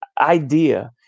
idea